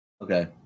Okay